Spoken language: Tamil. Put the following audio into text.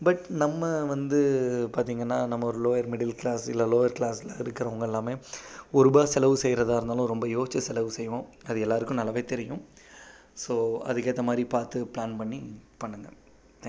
பட் நம்ம வந்து பார்த்தீங்கனா நம்ம லோயர் மிடில் க்ளாஸ் இல்லை லோயர் க்ளாஸில் இருக்கிறவங்க எல்லாமே ஒருரூபா செலவு செய்யறதா இருந்தாலும் ரொம்ப யோசித்து செலவு செய்வோம் அது எல்லாருக்கும் நல்லாவே தெரியும் ஸோ அதுக்கேற்ற மாதிரி பார்த்து ப்ளான் பண்ணி பண்ணுங்க தேங்க்யூ